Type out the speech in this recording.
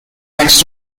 next